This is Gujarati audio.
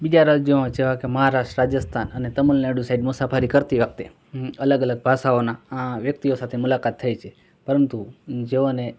બીજા રાજ્યોમાં જેવા કે મહારાષ્ટ્ર રાજસ્થાન અને તમિલનાડુ સાઇડ મુસાફરી કરતી વખતે અલગ અલગ ભાષાઓના અં વ્યક્તિઓ સાથે મુલાકાત થઇ છે પરંતુ અં જેઓને